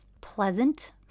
pleasant